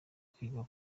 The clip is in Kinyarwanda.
kwiga